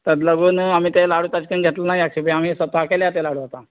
तेक लागून आमी ते लाडू ताजे कन्न घेतलनाय आशिल्ले हांवे हे स्वता केल्या ते लाडूं आतां